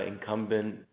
incumbent